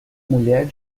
mulher